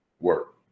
work